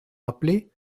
rappeler